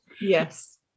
Yes